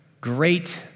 great